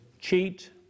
cheat